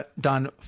done